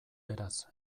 beraz